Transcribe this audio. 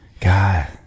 God